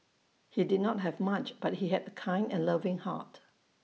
he did not have much but he had A kind and loving heart